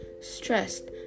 stressed